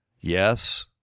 Yes